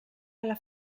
alla